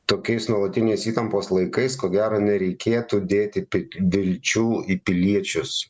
tokiais nuolatinės įtampos laikais ko gero nereikėtų dėti tik vilčių į piliečius